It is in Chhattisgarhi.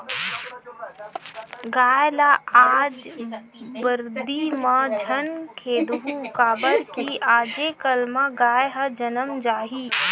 गाय ल आज बरदी म झन खेदहूँ काबर कि आजे कल म गाय ह जनम जाही